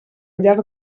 llarg